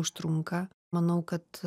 užtrunka manau kad